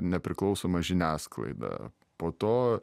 nepriklausoma žiniasklaida po to